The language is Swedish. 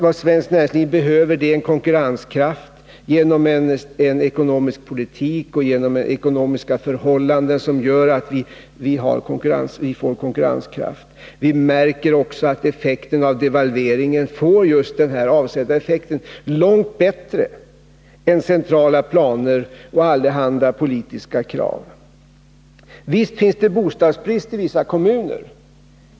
Vad svenskt näringsliv behöver är en ekonomisk politik och ekonomiska förhållanden som gör att vi får konkurrenskraft. Vi märker också att devalveringen får just den här avsedda effekten — långt bättre än centrala planer och allehanda politiska krav. Visst finns det bostadsbrist i vissa kommuner.